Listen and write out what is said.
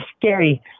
scary